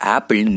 Apple